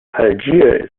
algier